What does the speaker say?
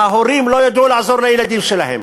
וההורים לא ידעו לעזור לילדים שלהם.